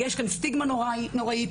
יש כאן סטיגמה נוראית.